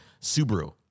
Subaru